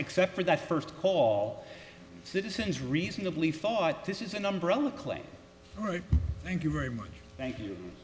except for that first call citizens reasonably fought this is an umbrella claim all right thank you very much thank you